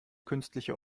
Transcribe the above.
künstliche